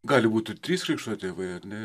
gali būt ir trys krikšto tėvai ar ne